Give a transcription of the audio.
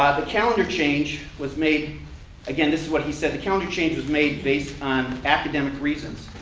ah the calendar change was made again this is what he said the calendar change was made based on academic reasons.